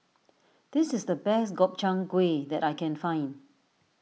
this is the best Gobchang Gui that I can find